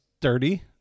dirty